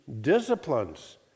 disciplines